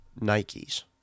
Nikes